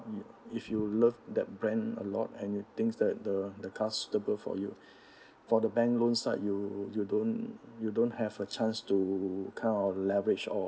you if you love that brand a lot and you thinks that the the car suitable for you for the bank loan side you you don't you don't have a chance to kind of leverage or